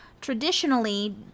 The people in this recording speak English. Traditionally